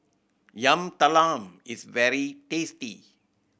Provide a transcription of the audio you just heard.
Yam Talam is very tasty